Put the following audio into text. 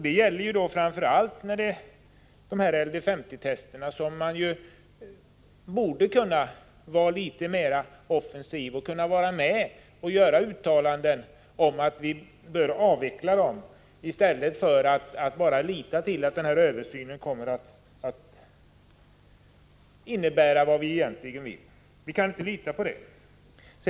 Det gäller framför allt LD 50-testen, som man borde kunna göra litet mer offensiva uttalanden om att vi bör avveckla, i stället för att bara lita till att översynen kommer att ge de resultat vi egentligen vill ha. Vi kan inte lita på det.